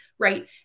right